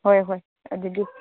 ꯍꯣꯏ ꯍꯣꯏ ꯑꯗꯨꯗꯤ